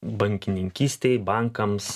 bankininkystei bankams